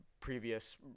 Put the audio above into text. previous